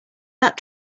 that